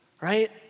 right